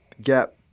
gap